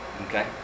Okay